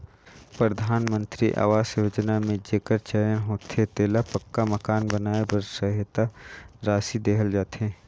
परधानमंतरी अवास योजना में जेकर चयन होथे तेला पक्का मकान बनाए बर सहेता रासि देहल जाथे